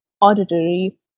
auditory